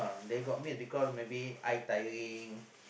they got miss because maybe eye tiring